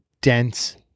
dense